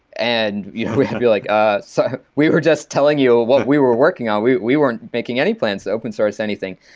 and we'd be like, ah so we were just telling you what we were working on. we we weren't making any plans to open-source anything.